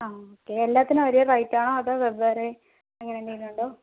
ആ ഓക്കെ എല്ലാത്തിനും ഒരേ റേറ്റാണോ അതോ വെവ്വേറെ അങ്ങനെ എന്തെങ്കിലുണ്ടോ